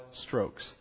strokes